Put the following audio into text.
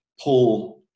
pull